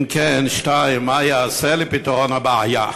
2. אם כן, מה ייעשה לפתרון הבעיה?